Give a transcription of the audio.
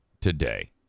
today